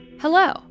Hello